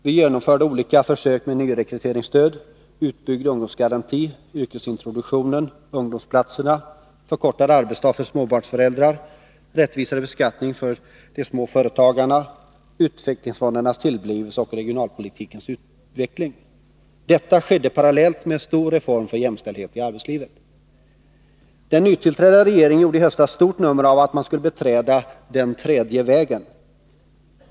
Vi genomförde olika försök med nyrekryteringsstöd, utbyggd ungdomsgaranti, yrkesintroduktion, ungdomsplatser, förkortad arbetsdag för småbarnsföräldrar, rättvisare beskattning av de små företagen, utvecklingsfondernas tillblivelse och regionalpolitikens utveckling. Detta skedde parallellt med en stor reform för jämställdhet i arbetslivet. Den nytillträdda regeringen gjorde i höstas stort nummer av att man skulle beträda ”den tredje vägen”.